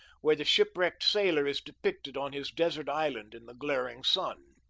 where the shipwrecked sailor is depicted on his desert island in the glaring sun.